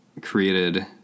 created